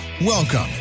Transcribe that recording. Welcome